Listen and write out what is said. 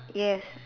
yes